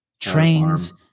trains